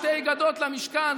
שתי גדות למשכן,